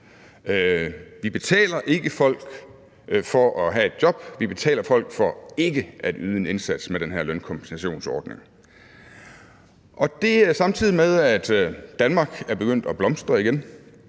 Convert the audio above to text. Vi betaler ikke folk for at have et job, vi betaler folk for ikke at yde en indsats med den her lønkompensationsordning, og det er, samtidig med at Danmark er begyndt at blomstre igen.